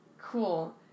Cool